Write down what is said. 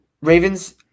Ravens